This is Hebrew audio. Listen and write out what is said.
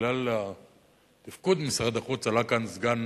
בגלל תפקוד משרד החוץ, עלה כאן סגן